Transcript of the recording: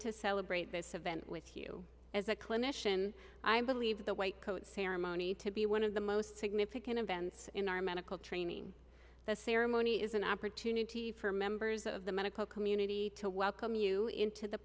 to celebrate this event with you as a clinician i believe the white coat ceremony to be one of the most significant events in our medical training the ceremony is an opportunity for members of the medical community to welcome you into the